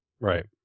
Right